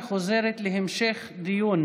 וחוזרת להמשך דיון